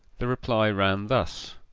the reply ran thus